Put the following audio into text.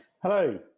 hello